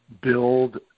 build